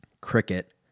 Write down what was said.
cricket